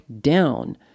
down